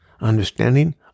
understanding